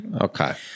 Okay